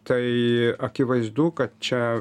tai akivaizdu kad čia